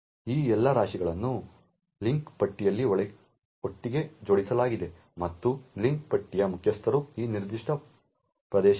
ಈ ಎಲ್ಲಾ ರಾಶಿಗಳನ್ನು ಲಿಂಕ್ ಪಟ್ಟಿಯಲ್ಲಿ ಒಟ್ಟಿಗೆ ಜೋಡಿಸಲಾಗಿದೆ ಮತ್ತು ಲಿಂಕ್ ಪಟ್ಟಿಯ ಮುಖ್ಯಸ್ಥರು ಈ ನಿರ್ದಿಷ್ಟ ಪ್ರದೇಶವಾಗಿದೆ